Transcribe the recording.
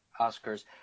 Oscars